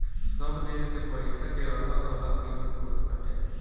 सब देस के पईसा के अलग अलग किमत होत बाटे